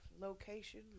location